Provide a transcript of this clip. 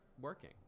working